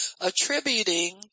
attributing